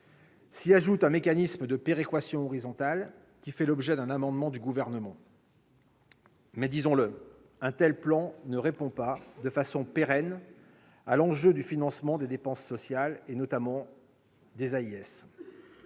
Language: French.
S'y ajoute un mécanisme de péréquation horizontale, qui fait l'objet d'un amendement du Gouvernement. Mais, disons-le, un tel plan ne répond pas de façon pérenne à l'enjeu du financement des dépenses sociales, notamment des